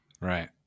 Right